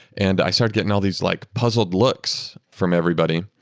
and i started getting all these like puzzled looks from everybody.